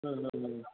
हं हं हं